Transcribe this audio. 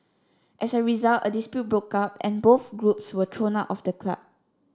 as a result a dispute broke out and both groups were thrown out of the club